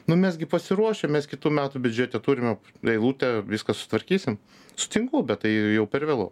nu mes gi pasiruošę mes kitų metų biudžete turime eilutę viską sutvarkysim sutinku bet tai jau per vėlu